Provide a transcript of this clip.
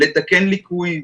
לתקן ליקויים.